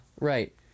Right